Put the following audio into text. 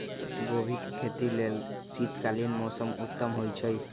गोभी के खेती लेल शीतकालीन मौसम उत्तम होइ छइ